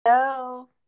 hello